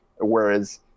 whereas